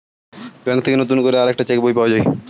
bank থেকে নতুন করে আরেকটা চেক বই পাওয়া যায়